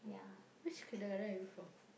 which secondary are you from